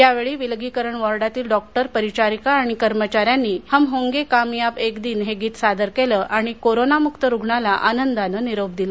यावेळी विलगीकरण वार्डातील डॉक्टर परिचारिका आणि कर्मचाऱ्यांनी हम होंगे कामयाब एक दिन गीत सादर केले आणि कोरोनामुक्त रूग्णाला आनंदाने निरोप दिला